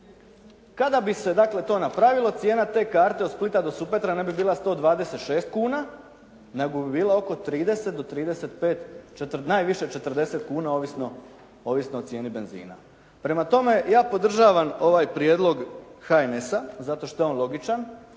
Kada bi se dakle to napravilo cijena te karte od Splita do Supetra ne bi bila 126 kuna nego bi bila oko 30 do 35, najviše 40 kuna ovisno o cijeni benzina. Prema tome ja podržavam ovaj prijedlog HNS-a zato što je on logičan